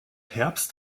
herbst